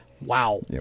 wow